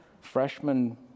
freshman